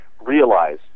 realize